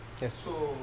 Yes